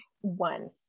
one